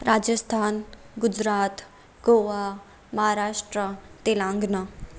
Rajasthan Gujarat Goa Maharashtra Telangana